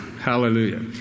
Hallelujah